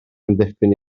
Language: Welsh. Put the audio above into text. amddiffyn